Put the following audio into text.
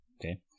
Okay